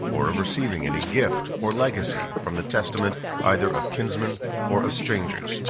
or of receiving any gift or legacy, from the testament either of kinsmen or of strangers.